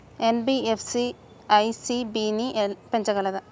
NBFC ECB ని పెంచగలదా?